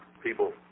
people